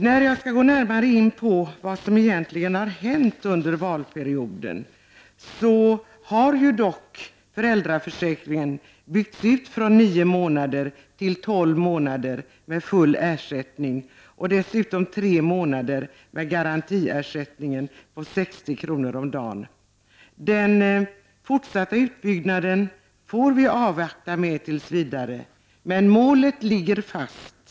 När jag skall gå närmare in på vad som egentligen har hänt under valperioden, vill jag säga att föräldraförsäkringen dock har byggts ut från nio till tolv månader med full ersättning och dessutom tre månader med garantiersättningen på 60 kr. om dagen. Den fortsatta utbyggnaden får vi avvakta med tills vidare, men målet ligger fast.